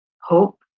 hope